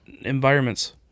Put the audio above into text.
environments